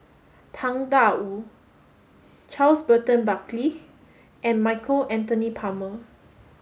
Tang Da Wu Charles Burton Buckley and Michael Anthony Palmer